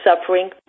suffering